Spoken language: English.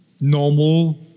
normal